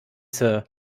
sir